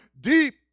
Deep